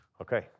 Okay